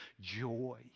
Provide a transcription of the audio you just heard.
joy